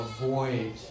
avoid